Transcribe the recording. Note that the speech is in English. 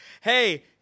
Hey